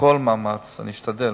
אני אשתדל,